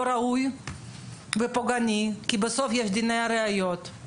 ראוי ופוגעני כי בסוף יש את דיני הראיות.